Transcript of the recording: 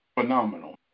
phenomenal